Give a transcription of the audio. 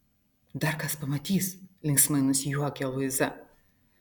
dar kas pamatys linksmai nusijuokia luiza